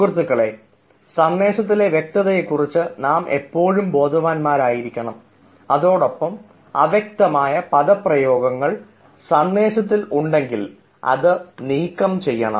സുഹൃത്തുക്കളെ സന്ദേശത്തിലെ വ്യക്തിയെക്കുറിച്ച് നാം എപ്പോഴും ബോധവാന്മാരാകണം അതോടൊപ്പം അവ്യക്തമായ പദപ്രയോഗങ്ങൾ സന്ദേശത്തിൽ ഉണ്ടെങ്കിൽ അത് നീക്കം ചെയ്യണം